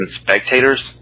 spectators